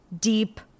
deep